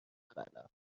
قلم